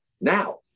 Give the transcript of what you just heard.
now